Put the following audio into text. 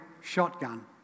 shotgun